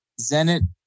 Zenit